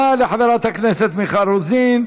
תודה לחברת הכנסת מיכל רוזין.